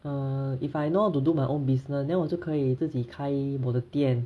err if I know how to do my own business then 我就可以自己开我的店